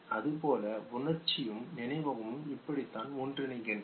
அதுபோல உணர்ச்சியும் நினைவகமும் இப்படித்தான் ஒன்றிணைகின்றன